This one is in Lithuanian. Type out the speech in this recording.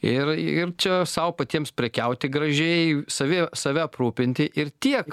ir ir čia sau patiems prekiauti gražiai savi save aprūpinti ir tiek